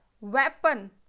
weapon